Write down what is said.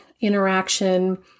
interaction